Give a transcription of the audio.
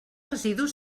residus